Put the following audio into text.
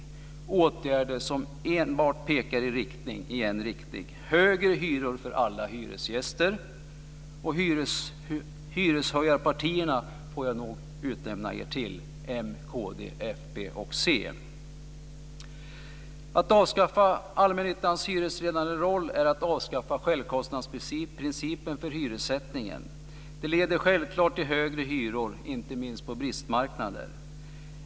Detta är åtgärder som enbart pekar i en riktning: högre hyror för alla hyresgäster. Hyreshöjarpartierna - det får jag nog utnämna m, kd, fp och c till. Att avskaffa allmännyttans hyresledande roll är att avskaffa självkostnadsprincipen för hyressättningen. Det leder självklart till högre hyror, inte minst på bristmarknader.